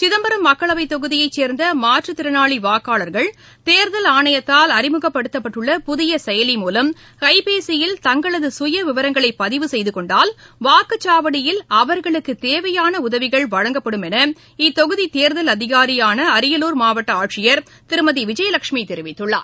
சிதம்பரம் மக்களவை தொகுதியைச் சேர்ந்த மாற்றுத் திறனாளி வாக்காளர்கள் தேர்தல் ஆணையத்தால் அறிமுகப்படுத்தப்பட்டுள்ள புதிய செயலி மூலம் கைப்பேசியில் தங்களது சுய விவரங்களை பதிவு செய்துக்கொண்டால் வாக்குச்சவாடியில் அவர்களுக்கு தேவையான உதவிகள் வழங்கப்படும் என இத்தொகுதி தேர்தல் அதிகாரியான அரியலூர் மாவட்ட ஆட்சியர் திருமதி விஜயலட்சுமி தெரிவித்துள்ளார்